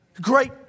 Great